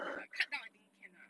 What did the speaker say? ya lah cut down I think can ah